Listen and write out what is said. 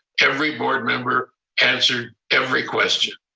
every board member answered every question.